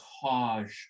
cause